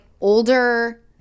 older